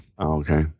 Okay